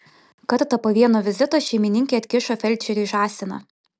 kartą po vieno vizito šeimininkė atkišo felčeriui žąsiną